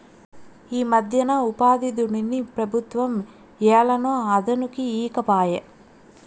ఈమధ్యన ఉపాధిదుడ్డుని పెబుత్వం ఏలనో అదనుకి ఈకపాయే